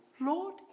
Lord